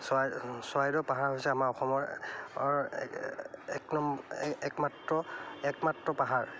চৰাই চৰাইদেউ পাহাৰ হৈছে আমাৰ অসমৰ একনম একমাত্ৰ একমাত্ৰ পাহাৰ